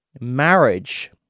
marriage